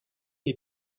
les